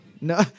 No